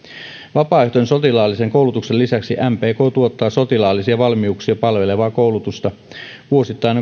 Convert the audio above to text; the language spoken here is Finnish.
vapaaehtoisen sotilaallisen koulutuksen lisäksi mpk tuottaa sotilaallisia valmiuksia palvelevaa koulutusta vuosittain